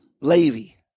Levy